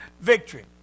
victory